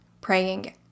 Praying